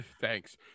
Thanks